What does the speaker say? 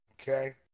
Okay